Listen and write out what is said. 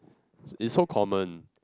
is so common